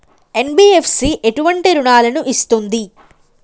NBFC ఎటువంటి రుణాలను ఇస్తుంది?